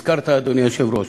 הזכרת, אדוני היושב-ראש: